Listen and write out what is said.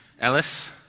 Ellis